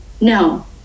No